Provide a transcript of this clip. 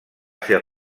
ser